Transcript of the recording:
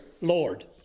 Lord